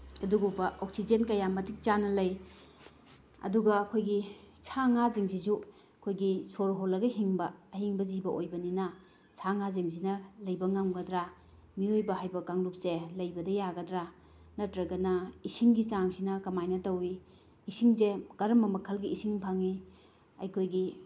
ꯑꯗꯨꯒꯨꯝꯕ ꯑꯣꯛꯁꯤꯖꯦꯟ ꯀꯌꯥꯝ ꯃꯇꯤꯛ ꯆꯥꯅ ꯂꯩ ꯑꯗꯨꯒ ꯑꯩꯈꯣꯏꯒꯤ ꯁꯥꯉꯥꯁꯤꯡꯁꯤꯁꯨ ꯑꯩꯈꯣꯏꯒꯤ ꯁꯣꯔ ꯍꯣꯜꯂꯒ ꯍꯤꯡꯕ ꯑꯍꯤꯡꯕ ꯖꯤꯕ ꯑꯣꯏꯕꯅꯤꯅ ꯁꯥꯉꯥꯁꯤꯡꯁꯤꯅ ꯂꯩꯕ ꯉꯝꯒꯗ꯭ꯔꯥ ꯃꯤꯑꯣꯏꯕ ꯍꯥꯏꯕ ꯀꯥꯡꯂꯨꯞꯁꯦ ꯂꯩꯕꯗ ꯌꯥꯒꯗ꯭ꯔꯥ ꯅꯠꯇ꯭ꯔꯒꯅ ꯏꯁꯤꯡꯒꯤ ꯆꯥꯡꯁꯤꯅ ꯀꯃꯥꯏꯅ ꯇꯧꯏ ꯏꯁꯤꯡꯁꯦ ꯃꯔꯝꯕ ꯃꯈꯜꯒꯤ ꯏꯁꯤꯡ ꯐꯪꯏ ꯑꯩꯈꯣꯏꯒꯤ